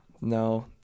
No